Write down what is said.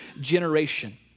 generation